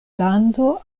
lando